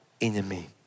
enemy